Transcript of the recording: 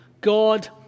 God